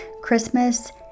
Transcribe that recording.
Christmas